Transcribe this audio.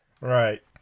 Right